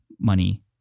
money